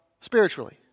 spiritually